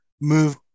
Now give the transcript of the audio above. move